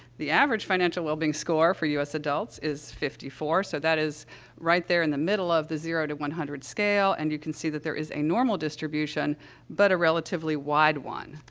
the average financial wellbeing score for u s. adults is fifty four, so that is right there in the middle of the zero to one hundred scale, and you can see that there is a normal distribution but a relatively wide one.